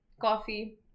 coffee